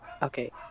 Okay